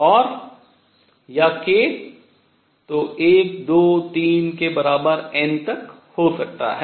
और या k तो 1 2 3 के बराबर n तक हो सकता है